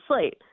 slate